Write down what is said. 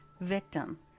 victim